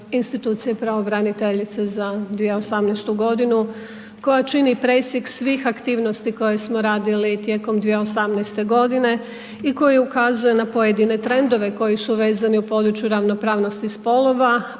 institucije pravobraniteljice za 2018. godinu koja čini presjek svih aktivnosti koje smo radili tijekom 2018. godine i koji ukazuje na pojedine trendove koji su vezani u području ravnopravnosti spolova